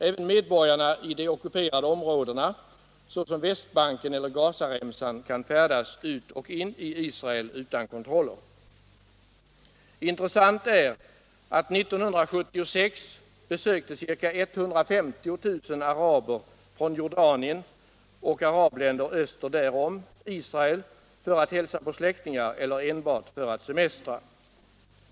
Även medborgarna i de ockuperade områdena, såsom västbanken eller Gazaremsan, kan färdas ut och in i Israel utan kontroller. Intressant är att 1976 besökte ca 150 000 araber från Jordanien och arabländerna öster därom Israel för att hälsa på släktingar eller enbart för att semestra.